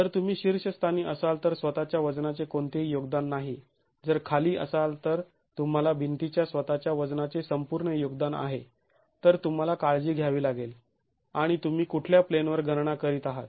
जर तुम्ही शीर्षस्थानी असाल तर स्वतःच्या वजनाचे कोणतेही योगदान नाही जर खाली असाल तर तुंम्हाला भिंतीच्या स्वतःच्या वजनाचे संपूर्ण योगदान आहे तर तुम्हाला काळजी घ्यावी लागेल आणि तुम्ही कुठल्या प्लेनवर गणना करीत आहात